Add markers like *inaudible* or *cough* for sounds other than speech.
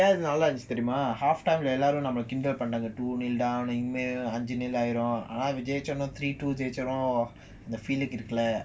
ஏன்நல்லஇருந்துச்சுதெரியுமா:yen nalla irunthuchu theriuma half time lah எல்லோரும்நம்மளகிண்டல்பண்ணாங்க:ellorum nammala kindal pannanga *laughs*